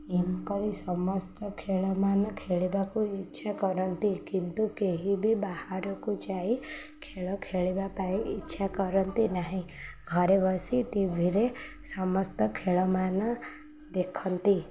ଏପରି ସମସ୍ତ ଖେଳମାନ ଖେଳିବାକୁ ଇଚ୍ଛା କରନ୍ତି କିନ୍ତୁ କେହି ବି ବାହାରକୁ ଯାଇ ଖେଳ ଖେଳିବା ପାଇଁ ଇଚ୍ଛା କରନ୍ତି ନାହିଁ ଘରେ ବସି ଟିଭିରେ ସମସ୍ତ ଖେଳମାନ ଦେଖନ୍ତି